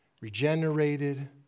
regenerated